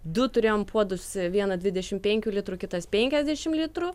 du turėjom puodus vieną dvidešim penkių litrų kitas penkiasdešim litrų